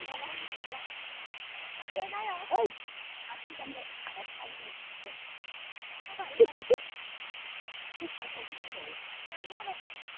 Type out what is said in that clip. थखन लाना होगोन नामा दानबायना आयं है हारसिं दानबाय जाबाय ओइबार आर खनसे दंबावो दानना होबाय ना